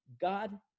God